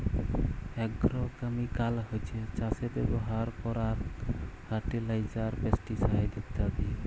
agrochemical হছ্যে চাসে ব্যবহার করারক ফার্টিলাইজার, পেস্টিসাইড ইত্যাদি